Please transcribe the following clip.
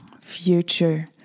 future